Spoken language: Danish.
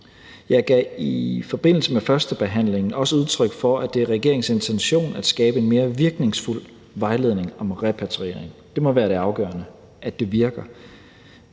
Jeg gav i forbindelse med førstebehandlingen også udtryk for, at det er regeringens intention at skabe en mere virkningsfuldt vejledning om repatriering. Det må være det afgørende, at det virker.